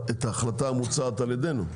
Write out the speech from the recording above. ההחלטה המוצעת על ידינו,